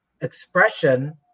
expression